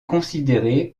considérée